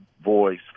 Voice